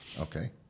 Okay